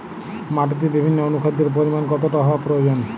মাটিতে বিভিন্ন অনুখাদ্যের পরিমাণ কতটা হওয়া প্রয়োজন?